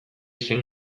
zen